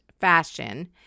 fashion